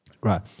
Right